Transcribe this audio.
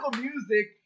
music